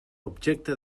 objecte